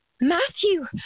Matthew